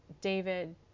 David